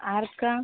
ആർക്കാണ്